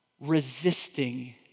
resisting